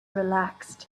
relaxed